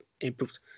improved